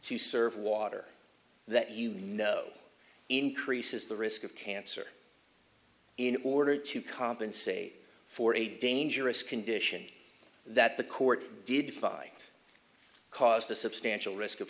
to serve water that you know increases the risk of cancer in order to compensate for a dangerous condition that the court did fight caused a substantial risk of